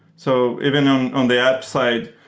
so even um on the app side,